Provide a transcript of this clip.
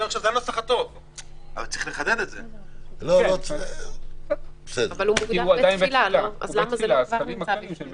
השטח הציבורי שפתוח לציבור הוא 7:1. אני מסכימה שיש הבדל